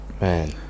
Man